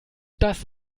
das